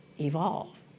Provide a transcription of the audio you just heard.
evolve